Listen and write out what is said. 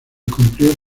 cumplió